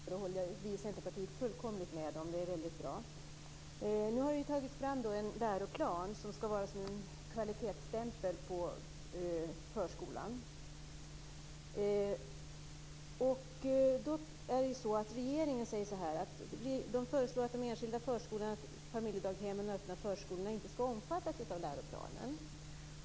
Fru talman! Torgny Danielsson tyckte det var bra med familjedaghemmen och den öppna förskolan. Det håller vi i Centerpartiet fullkomligt med om. Det är väldigt bra. Nu har det tagits fram en läroplan som skall vara som en kvalitetsstämpel på förskolan. Regeringen föreslår att de enskilda familjedaghemmen och öppna förskolorna inte skall omfattas av läroplanen.